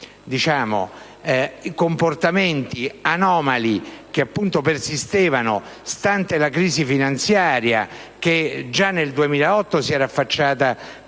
e di comportamenti anomali che persistevano, stante la crisi finanziaria che già nel 2008 si era affacciata